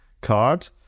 card